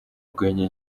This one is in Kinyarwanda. rwenya